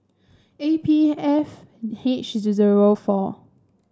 A P F H zero four